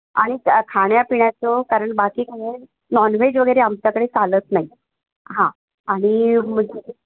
आणि खाण्यापिण्याचं कारण बाकी काय आहे नॉनव्हेज वगैरे आमच्याकडे चालत नाही हां आणि